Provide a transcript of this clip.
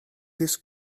this